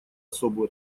особую